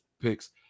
picks